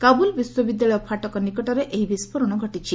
କାବୁଲ୍ ବିଶ୍ୱବିଦ୍ୟାଳୟ ଫାଟକ ନିକଟରେ ଏହି ବିସ୍ଫୋରଣ ଘଟିଛି